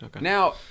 Now